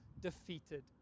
defeated